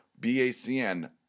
BACN